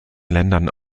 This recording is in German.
ländern